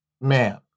man